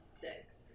six